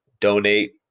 donate